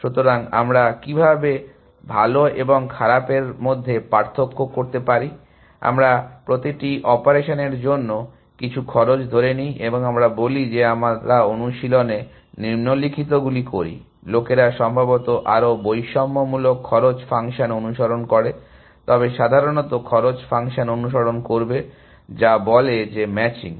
সুতরাং আমরা কিভাবে ভাল এবং খারাপের মধ্যে পার্থক্য করতে পারি আমরা প্রতিটি অপারেশনের জন্য কিছু খরচ ধরে নেই এবং আমরা বলি যে আমরা অনুশীলনে নিম্নলিখিতগুলি করি লোকেরা সম্ভবত আরও বৈষম্যমূলক খরচ ফাংশন অনুসরণ করে তবে সাধারণ খরচ ফাংশন অনুসরণ করবে যা বলে যে ম্যাচিং